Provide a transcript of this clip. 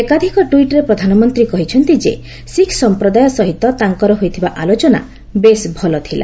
ଏକାଧିକ ଟ୍ୱିଟ୍ରେ ପ୍ରଧାନମନ୍ତ୍ରୀ କହିଛନ୍ତି ଯେ ଶିଖ ସମ୍ପ୍ରଦାୟ ସହିତ ତାଙ୍କର ହୋଇଥିବା ଆଲୋଚନା ବେଶ୍ ଭଲ ଥିଲା